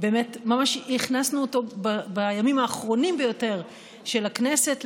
ממש הכנסנו אותו בימים האחרונים ביותר של הכנסת.